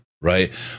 Right